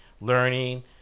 learning